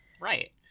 Right